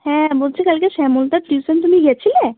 হ্যাঁ বলছি কালকে শ্যামলদার টিউশনে তুমি গিয়েছিলে